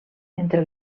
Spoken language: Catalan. entre